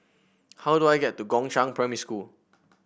how do I get to Gongshang Primary School